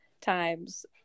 times